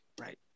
Right